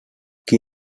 qui